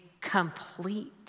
complete